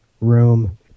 Room